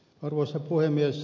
arvoisa puhemies